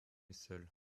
seul